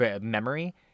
memory